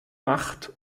macht